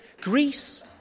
Greece